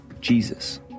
Jesus